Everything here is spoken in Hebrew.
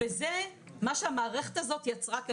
זה מה שהמערכת הזאת יצרה כאן.